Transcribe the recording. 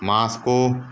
Moscow